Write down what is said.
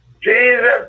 Jesus